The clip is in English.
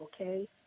okay